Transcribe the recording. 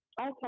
Okay